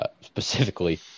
Specifically